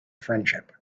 friendship